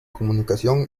comunicación